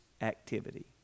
activity